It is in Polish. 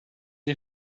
nie